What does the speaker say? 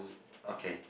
okay